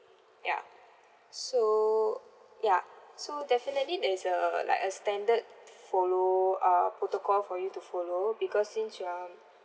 ya so ya so definitely there's a like a standard follow uh protocol for you to follow because since you are